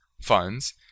funds